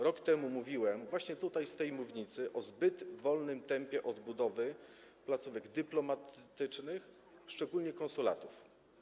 Rok temu mówiłem właśnie tutaj, z tej mównicy, o zbyt wolnym tempie odbudowy placówek dyplomatycznych, szczególnie konsulatów.